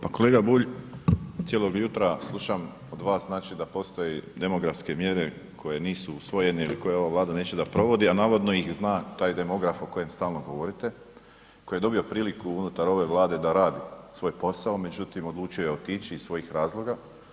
Pa kolega Bulj cijelog jutra slušam od vas znači da postoje demografske mjere koje nisu usvojene ili koje ova Vlada neće da provodi, a navodno ih zna taj demograf o kojem stalno govorite koji je dobio priliku unutar ove Vlade da radi svoj posao, međutim odlučio je otići iz svojih razloga.